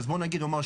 אז בואו נגיד שמוליק,